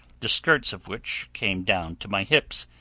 the skirts of which came down to my hips,